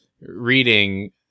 reading